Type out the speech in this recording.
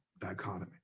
dichotomy